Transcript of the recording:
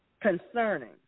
concerning